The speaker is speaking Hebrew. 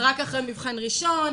רק אחרי מבחן ראשון,